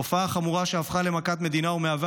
תופעה חמורה שהפכה למכת מדינה ומהווה